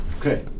Okay